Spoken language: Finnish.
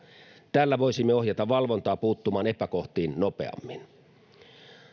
tällä voisimme ohjata valvontaa puuttumaan epäkohtiin nopeammin